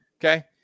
Okay